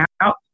out